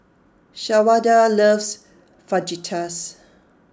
Shawanda loves Fajitas